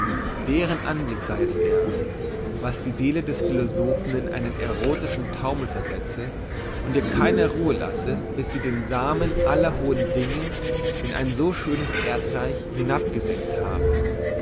deren anblick sei es erst was die seele des philosophen in einen erotischen taumel versetze und ihr keine ruhe lasse bis sie den samen aller hohen dinge in ein so schönes erdreich hinabgesenkt habe